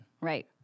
Right